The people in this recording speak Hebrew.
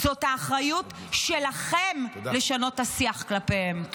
זאת האחריות שלכם לשנות את השיח כלפיהם.